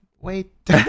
Wait